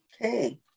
okay